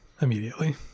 immediately